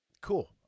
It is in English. cool